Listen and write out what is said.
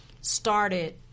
started